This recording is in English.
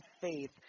faith